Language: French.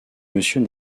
monsieur